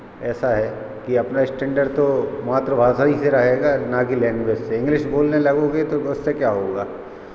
ऐसा है कि अपना स्टेंडर्ड तो मातृभाषा ही से रहेगा ना कि लैंग्वेज से इंग्लिश बोलने लगोगे तो उससे क्या होगा